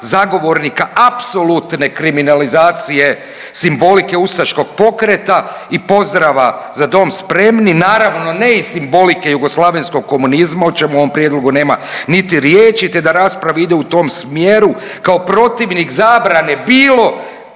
zagovornika apsolutne kriminalizacije simbolike ustaškog pokreta i pozrava „Za dom spremni“ naravno ne iz simbolike jugoslavenskog komunizma o čemu u ovom prijedlogu nema niti riječi, te da rasprava ide u tom smjeru kao protivnik zabrane bilo